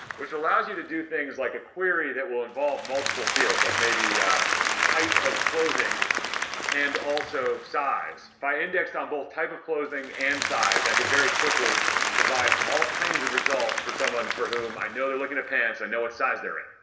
which allows you to do things like a query that will involve multiple fields like maybe a type of clothing and also size. if i indexed on both type of clothing and size, i could very quickly provide all kinds of results for someone for whom. i know they're look at pants. i know what size they're in.